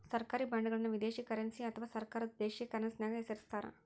ಸರ್ಕಾರಿ ಬಾಂಡ್ಗಳನ್ನು ವಿದೇಶಿ ಕರೆನ್ಸಿ ಅಥವಾ ಸರ್ಕಾರದ ದೇಶೀಯ ಕರೆನ್ಸ್ಯಾಗ ಹೆಸರಿಸ್ತಾರ